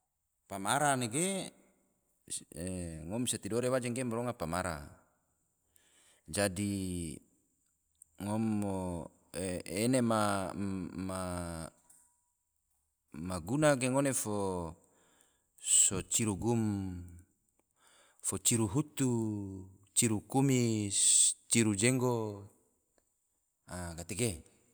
Pamara nege, ngom mansia tidore waje ge ma ronga pamara, jadi ngom mo ene ma guna ge ngone fo so ciru gum, fo ciru hutu, ciru kumis, ciru jenggot. a gatege